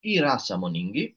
yra sąmoningi